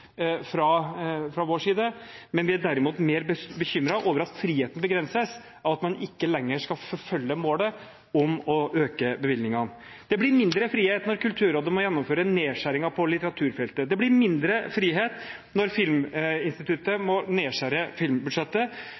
fra vår side, men vi er derimot mer bekymret over at friheten begrenses av at man ikke lenger skal forfølge målet om å øke bevilgningene. Det blir mindre frihet når Kulturrådet må gjennomføre nedskjæringer på litteraturfeltet, det blir mindre frihet når Filminstituttet må skjære ned på filmbudsjettet.